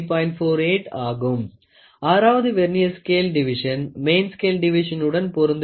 48 ஆகும் ஆறாவது vernier scale division main scale டிவிஷனுடன் பொருந்துகிறது